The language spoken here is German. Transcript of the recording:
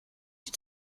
die